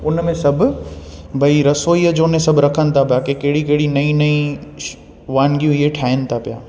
उन में सभु भई रसोईअ जो न सभु रखनि था पिया की कहिड़ी कहिड़ी नईं नईं वानगी इहे ठाहिनि था पिया